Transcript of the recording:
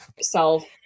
self